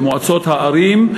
למועצות הערים,